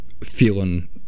feeling